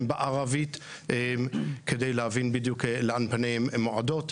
בערבית כדי להבין לאן פניהם מועדות בדיוק.